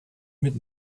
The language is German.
mit